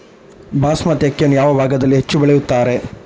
ಬಾಸ್ಮತಿ ಅಕ್ಕಿಯನ್ನು ಯಾವ ಭಾಗದಲ್ಲಿ ಹೆಚ್ಚು ಬೆಳೆಯುತ್ತಾರೆ?